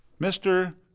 Mr